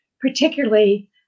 particularly